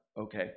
okay